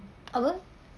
apa